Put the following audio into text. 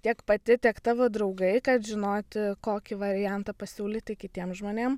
tiek pati tiek tavo draugai kad žinoti kokį variantą pasiūlyti kitiem žmonėm